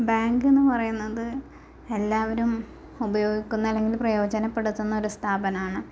bank എന്ന് പറയുന്നത് എല്ലാവരും ഉപയോഗിക്കുന്ന അല്ലെങ്കിൽ പ്രയോജനപ്പെടുത്തുന്ന ഒരു സ്ഥാപനമാണ്